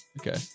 Okay